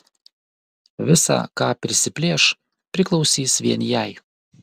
visa ką prisiplėš priklausys vien jai